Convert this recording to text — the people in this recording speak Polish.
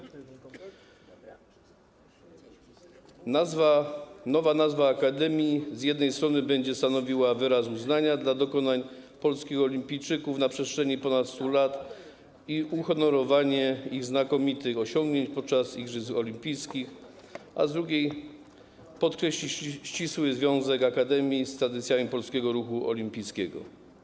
Nowa nazwa akademii z jednej strony będzie stanowiła wyraz uznania dla dokonań polskich olimpijczyków na przestrzeni ponad 100 lat i uhonorowanie ich znakomitych osiągnięć podczas igrzysk olimpijskich, a z drugiej strony podkreśli ścisły związek akademii z tradycjami Polskiego Ruchu Olimpijskiego.